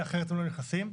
אחרת הם לא היו נכנסים לזה,